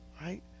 right